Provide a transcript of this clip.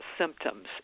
symptoms